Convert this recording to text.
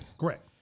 Correct